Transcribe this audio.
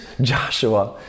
Joshua